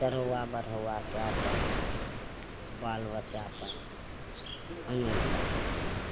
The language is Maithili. चढ़ौआ बढ़ौआ कए कऽ बाल बच्चाके आनन्द करय छै